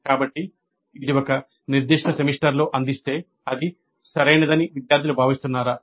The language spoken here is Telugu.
కాబట్టి ఇది ఒక నిర్దిష్ట సెమిస్టర్లో అందిస్తే అది సరైనదని విద్యార్థులు భావిస్తున్నారా